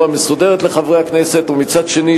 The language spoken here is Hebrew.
ואנחנו צריכים בחקיקה הזאת לומר: פיצוי סמלי.